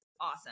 awesome